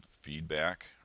feedback